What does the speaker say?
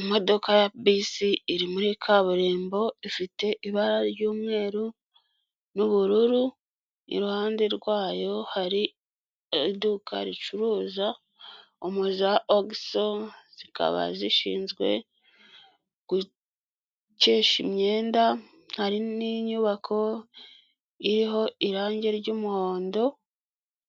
Imodoka ya bisi iri muri kaburimbo, ifite ibara ry'umweru n'ubururu, iruhande rwayo hari iduka ricuruza omo za ogiso, zikaba zishinzwe gukesha imyenda, hari n'inyubako iriho irangi ry'umuhondo